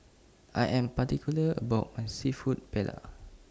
I Am particular about My Seafood Paella